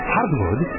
Hardwood